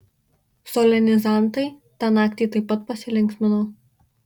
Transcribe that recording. solenizantai tą naktį taip pat pasilinksmino